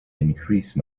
increase